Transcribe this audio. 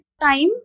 time